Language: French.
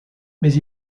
mais